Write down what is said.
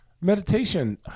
meditation